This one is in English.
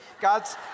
God's